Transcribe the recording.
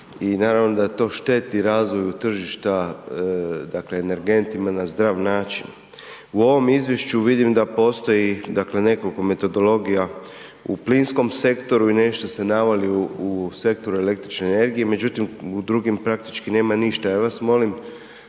i naravno da to šteti razvoju tržišta, dakle energentima na zdrav način. U ovom izvješću vidim da postoji dakle nekoliko metodologija u plinskom sektoru i nešto ste naveli u sektoru električne energije, međutim u drugim praktički nema ništa. Ja vas molim